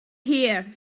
here